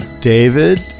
David